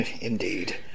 Indeed